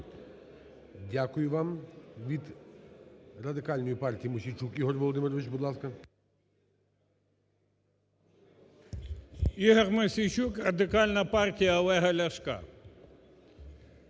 Дякую вам. Від Радикальної партії Мосійчук Ігор Володимирович, будь ласка.